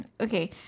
Okay